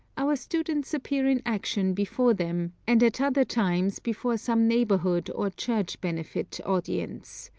our students appear in action before them, and at other times before some neighborhood or church benefit audience.